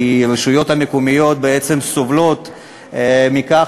כי הרשויות המקומיות בעצם סובלות מכך